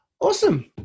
Awesome